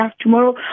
tomorrow